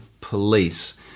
police